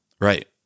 Right